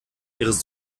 ihres